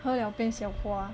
喝 liao 变小花 liao